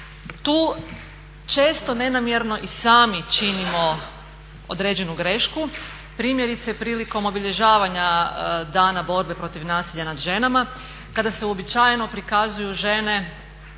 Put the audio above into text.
Tu često nenamjerno i sami činimo određenu grešku. Primjerice prilikom obilježavanja Dana borbe protiv nasilja nad ženama kada se uobičajeno prikazuju žene,